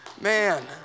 Man